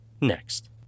next